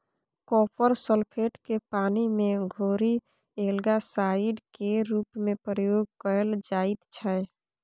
copper sulphate केँ पानि मे घोरि एल्गासाइड केर रुप मे प्रयोग कएल जाइत छै